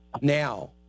now